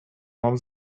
mam